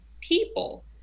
people